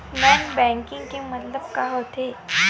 Non banking के मतलब का होथे?